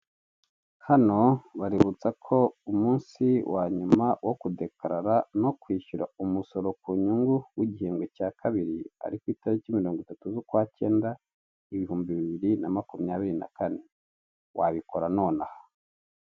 Hano baributsa ko umunsi wanyuma wo kudekarara, no kwishyura umusoro ku nyungu w'igihembwe cya kabiri, ari ku itariki mirongo itatu z'ukwa kenda ibihumbi bibiri na myakumyabiri na kane, wabikora nonaha.